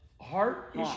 Heart